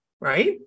right